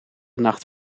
nacht